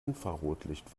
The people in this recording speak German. infrarotlicht